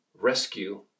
rescue